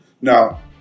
Now